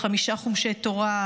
חמישה חומשי תורה,